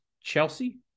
Chelsea